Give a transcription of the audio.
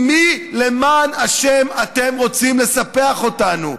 עם מי, למען השם, אתם רוצים לספח אותנו?